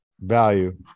value